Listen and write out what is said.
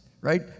Right